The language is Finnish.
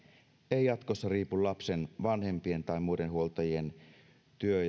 ei jatkossa riipu lapsen vanhempien tai muiden huoltajien työ